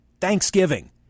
Thanksgiving